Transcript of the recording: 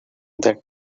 that